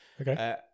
Okay